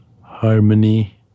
harmony